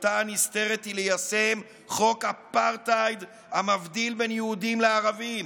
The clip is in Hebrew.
מטרתה הנסתרת היא ליישם חוק אפרטהייד המבדיל בין יהודים לערבים,